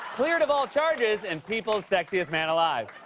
cleared of all charges, and people's sexiest man alive.